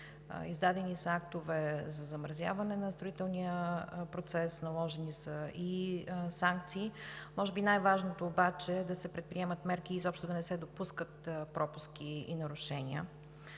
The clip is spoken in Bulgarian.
издадени са актове за замразяване на строителния процес, наложени са и санкции. Може би най-важното обаче е да се предприемат мерки изобщо да не се допускат пропуски и нарушения.